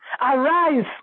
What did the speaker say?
arise